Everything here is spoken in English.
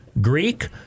Greek